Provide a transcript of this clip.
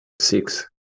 six